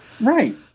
Right